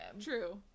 True